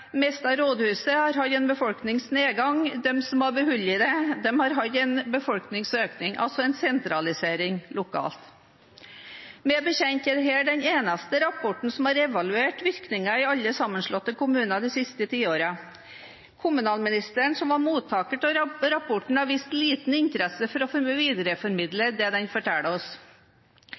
mistet rådhuset, har hatt en befolkningsnedgang, de som har beholdt det, har hatt en befolkningsøkning, altså en sentralisering lokalt. Meg bekjent er dette den eneste rapporten som har evaluert virkninger i alle sammenslåtte kommuner de siste tiårene. Kommunalministeren, som var mottaker av rapporten, har vist liten interesse for å videreformidle det den forteller oss.